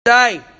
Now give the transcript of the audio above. Today